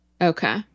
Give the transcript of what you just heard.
okay